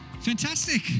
Fantastic